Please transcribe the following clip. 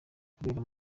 kubera